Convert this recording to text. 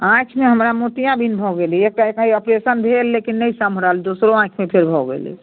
आँखिमे हमरा मोतियाबिन्द भऽ गेलै एकटामे आँखि हय ऑपरेशन भेल लेकिन नहि सम्हरल दोसरो आँखिमे फेर भऽ गेलै